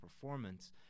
performance